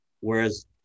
Whereas